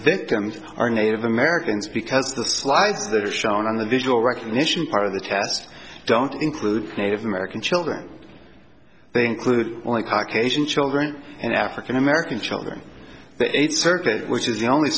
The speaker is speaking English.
victims are native americans because the slides that are shown on the visual recognition part of the test don't include native american children they include only caucasian children and african american children the eighth circuit which is the only